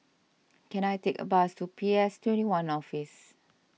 can I take a bus to P S twenty one Office